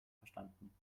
verstanden